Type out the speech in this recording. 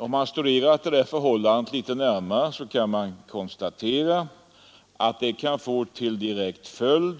Om man studerar det förhållandet litet närmare kan man konstatera att det kan få till följd